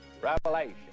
Revelation